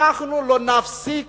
אנחנו לא נפסיק